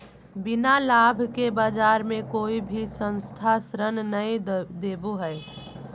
बिना लाभ के बाज़ार मे कोई भी संस्था ऋण नय देबो हय